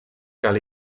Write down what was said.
gael